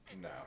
No